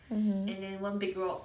mmhmm